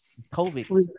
COVID